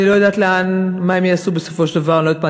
אני לא יודעת מה הם יעשו בסופו של דבר,